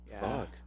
Fuck